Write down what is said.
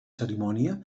cerimònia